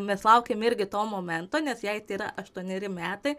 mes laukėm irgi to momento nes jei tai yra aštuoneri metai